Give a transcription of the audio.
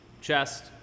Chest